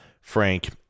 Frank